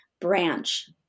branch